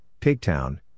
Pigtown